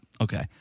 Okay